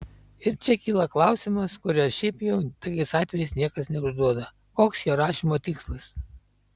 ir čia kyla klausimas kurio šiaip jau tokiais atvejais niekas neužduoda koks jo rašymo tikslas